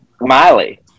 Miley